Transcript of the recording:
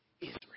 Israel